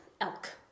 elk